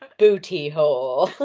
booty hole.